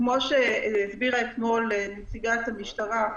כמו שהסבירה אתמול נציגת המשטרה,